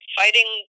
fighting